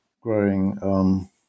growing